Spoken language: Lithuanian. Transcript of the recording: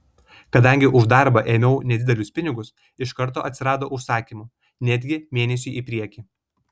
kadangi už darbą ėmiau nedidelius pinigus iš karto atsirado užsakymų netgi mėnesiui į priekį